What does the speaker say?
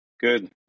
Good